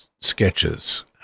sketches